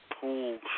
pool